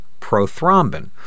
prothrombin